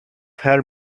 her